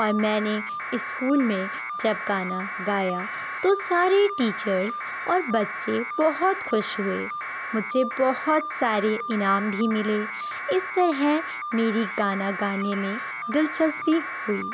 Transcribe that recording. اور میں نے اسکول میں جب گانا گایا تو سارے ٹیچرس اور بچے بہت خوش ہوئے مجھے بہت سارے انعام بھی ملے اس طرح میری گانا گانے میں دلچسپی ہوئی